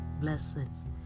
blessings